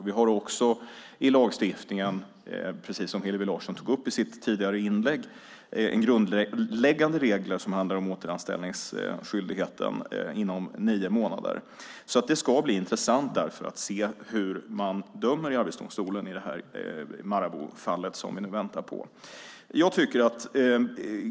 Vi har också i lagstiftningen, precis som Hillevi Larsson tog upp i sitt tidigare inlägg, grundläggande regler som handlar om återanställningsskyldigheten inom nio månader. Det ska därför bli intressant att se hur man dömer i Arbetsdomstolen i det här Maraboufallet som vi nu väntar på.